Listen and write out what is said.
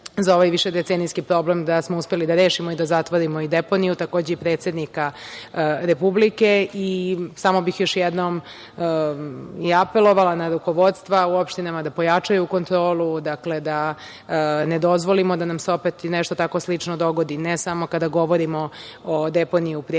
za ovaj višedecenijski problem da smo uspeli da rešimo i da zatvorimo i deponiju, takođe i predsednika Republike. Samo bih još jednom apelovala na rukovodstva u opštinama da pojačaju kontrolu, da ne dozvolimo da nam se opet nešto tako slično dogodi ne samo kada govorimo o deponiji u Prijepolju,